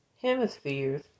hemispheres